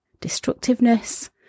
destructiveness